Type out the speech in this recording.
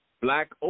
Black